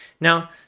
Now